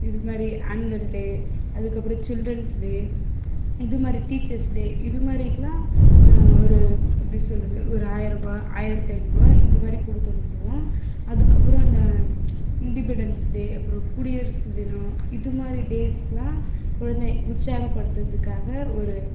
இதுமாதிரி annual day அதுக்கப்புறம் children's day இதுமாரி டீச்சர்ஸ் டே இதுமாதிரிக்குலாம் ஒரு எப்படி சொல்வது ஒரு ஆயரரூபா ஆயிரத்தி ஐநூறுரூபா இதுமாதிரி கொடுத்து அனுப்புவோம் அதுக்கப்புறம் இந்த இண்டிபெண்டன்ஸ் டே அப்புறம் குடியரசு தினம் இதுமாதிரி டேஸ்க்குலாம் குழந்தையை உற்சாகப்படுத்துறதுக்காக ஒரு